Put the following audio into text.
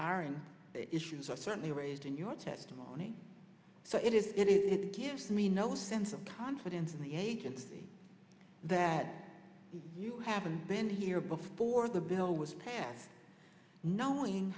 hiring issues are certainly raised in your testimony so it is it gives me no sense of confidence in the agency that you haven't been here before the bill was passed knowing